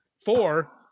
four